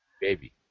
baby